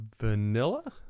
Vanilla